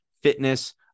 fitness